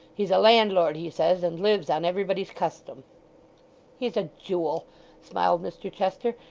he's a landlord, he says, and lives on everybody's custom he's a jewel smiled mr chester,